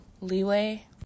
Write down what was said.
leeway